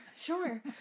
Sure